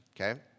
okay